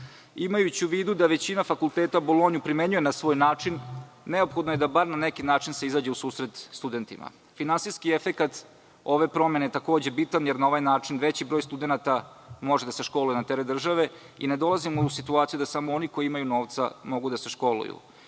rečeno. Imajući u vidu da većina fakulteta Bolonju primenjuje na svoj način, neophodno je da bar na neki način se izađe u susret studentima. Finansijski efekat ove promene takođe je bitan jer na ovaj način veći broj studenata može da se školuje na teret države i ne dolazimo u situaciju da samo oni koji imaju novca mogu da se školuju.